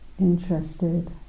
interested